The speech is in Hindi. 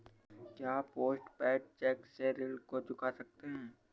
क्या पोस्ट पेड चेक से ऋण को चुका सकते हैं?